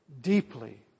deeply